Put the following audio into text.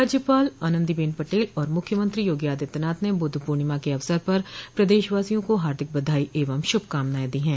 राज्यपाल आनंदीबेन पटेल और मुख्यमंत्री योगी आदित्यनाथ ने बुद्ध पूर्णिमा के अवसर पर प्रदेशवासियों को हार्दिक बधाई एवं शुभकामनाएं दी है